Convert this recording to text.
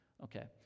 Okay